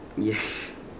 yes